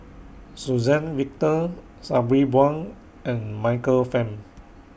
Suzann Victor Sabri Buang and Michael Fam